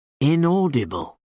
inaudible